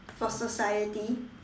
for society